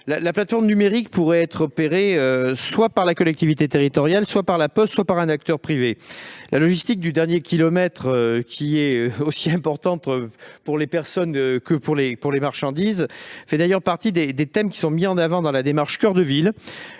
la plateforme numérique pourrait être la collectivité territoriale, La Poste, ou un acteur privé. La logistique du dernier kilomètre, qui est aussi importante pour les personnes que pour les marchandises, fait d'ailleurs partie des thèmes qui sont mis en avant dans la démarche « Action coeur de ville »